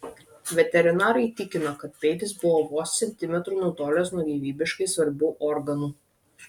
veterinarai tikina kad peilis buvo vos centimetru nutolęs nuo gyvybiškai svarbių organų